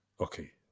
Okay